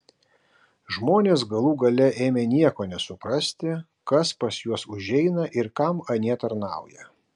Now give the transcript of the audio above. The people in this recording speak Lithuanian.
žmonės galų gale ėmė nieko nesuprasti kas pas juos užeina ir kam anie tarnauja